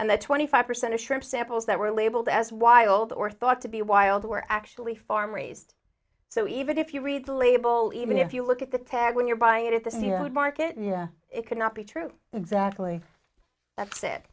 and that twenty five percent of shrimp samples that were labeled as wild or thought to be wild were actually farm raised so even if you read the label even if you look at the tag when you're buying it at the market yeah it cannot be true exactly that's it